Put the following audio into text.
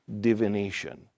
divination